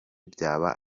byaba